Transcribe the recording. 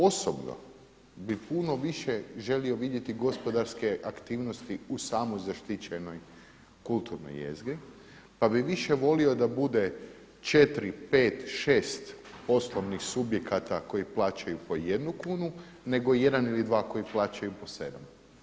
Osobno bi puno više želio vidjeti gospodarske aktivnosti u samoj zaštićenoj kulturnoj jezgri, pa bih više volio da bude 4, 5, 6 poslovnih subjekata koji plaćaju po jednu kunu, nego jedan ili dva koji plaćaju po sedam.